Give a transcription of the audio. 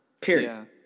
Period